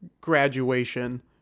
graduation